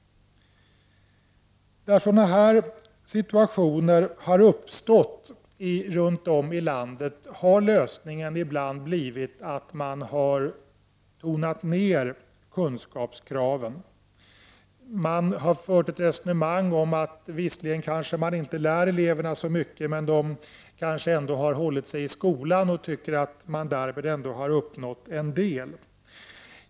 Där sådana här situationer har uppstått runt om i landet har lösningen ibland blivit att man har tonat ned kunskapskraven. Man har fört ett resonemang om att man visserligen kanske inte lär eleverna så mycket men att de ändå har hållit sig i skolan. Och man menar att man därmed ändå har uppnått en del.